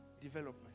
Development